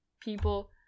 people